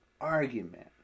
argument